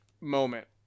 moment